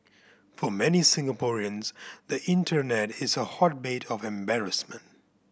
for many Singaporeans the internet is a hotbed of embarrassment